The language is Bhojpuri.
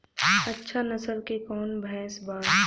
अच्छा नस्ल के कौन भैंस बा?